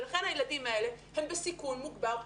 ולכן הילדים האלה הם בסיכון מוגבר,